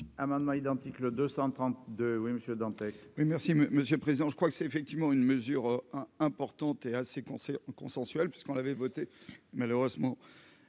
amendements identiques, le 232 oui monsieur dans.